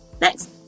Next